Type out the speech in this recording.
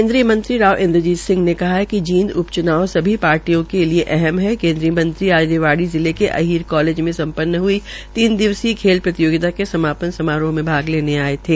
केन्द्रीय मंत्री राव इंद्रजीत सिंह ने कहा है कि जींद उप च्नाव सभी पार्टियों के लिये अहम है केन्द्रीय आज रेवाड़ी जिले के अहीर कालेज में संपन्न हई तीन दिवसीय खेल प्रतियोगिता में समापन समारोह में भाग लेने आयेंगे